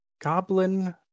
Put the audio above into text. goblin